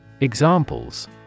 Examples